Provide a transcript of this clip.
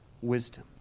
wisdom